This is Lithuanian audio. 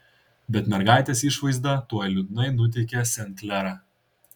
bet mergaitės išvaizda tuoj liūdnai nuteikė sen klerą